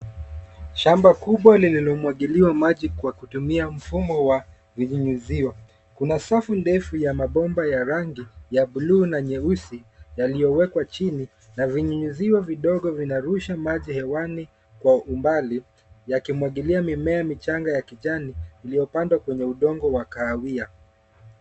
Shamba kubwa lililomwagiliwa maji kwa kutumia mfumo wa vinyunyuzio. Kuna safu ndefu ya mabomba ya rangi ya buluu na nyeusi yaliyowekwa chini na vinyunyuzio vidogo vinarusha maji hewani kwa umbali yakimwagilia mimea michanga ya kijani iliyopandwa kwenye udongo wa kahawia.